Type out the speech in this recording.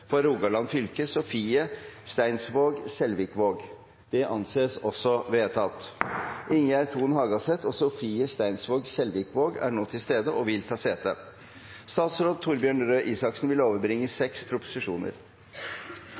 For Oppland fylke: Ingjerd Thon Hagaseth For Rogaland fylke: Sofie Margrethe Selvikvåg Ingjerd Thon Hagaseth og Sofie Margrethe Selvikvåg er til stede og vil ta sete. Representanten Karin Andersen vil